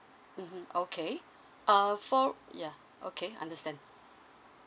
mmhmm okay uh for ya okay understand